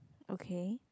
okay